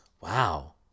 Wow